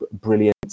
brilliant